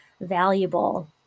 valuable